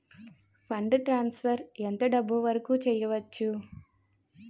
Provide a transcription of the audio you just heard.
Fund transfer ఎంత డబ్బు వరుకు చేయవచ్చు?